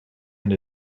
and